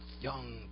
young